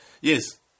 Yes